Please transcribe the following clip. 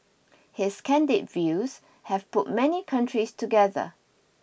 his candid views have put many countries together